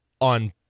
on